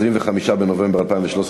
25 בנובמבר 2013,